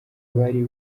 bari